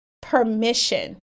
permission